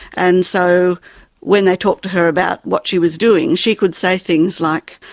and so when they talked to her about what she was doing, she could say things like,